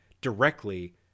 directly